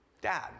Dad